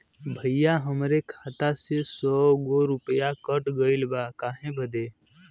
भईया हमरे खाता में से सौ गो रूपया कट गईल बा काहे बदे?